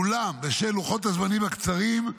אולם בשל לוחות הזמנים הקצרים,